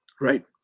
Right